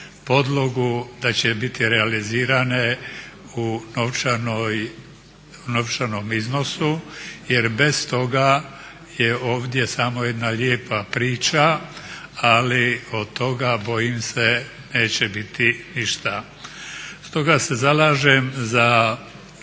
podlogu da će biti realizirane u novčanom iznosu jer bez toga je ovdje samo jedna lijepa priča, ali od toga bojim se neće biti ništa. Stoga se zalažem za jednu